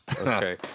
Okay